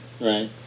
Right